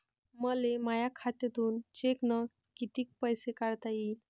मले माया खात्यातून चेकनं कितीक पैसे काढता येईन?